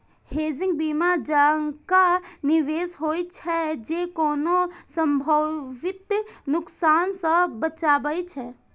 hedging बीमा जकां निवेश होइ छै, जे कोनो संभावित नुकसान सं बचाबै छै